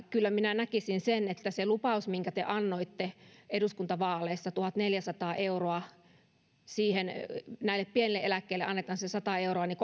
kyllä minä toivoisin että kun oli se lupaus minkä te annoitte eduskuntavaaleissa alle tuhatneljäsataa euroa tienaaville että näille pienille eläkkeille annetaan se sata euroa niin